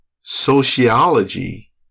sociology